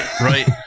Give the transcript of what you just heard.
Right